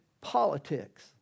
politics